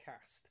cast